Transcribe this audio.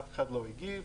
אף אחד לא הגיב.